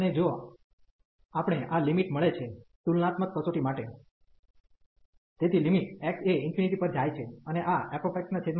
અને જો આપણ આ લિમિટ મળે છે તુલનાત્મક કસોટી માટે તેથી લિમિટ x એ ∞ પર જાય છે